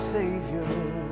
Savior